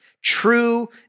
true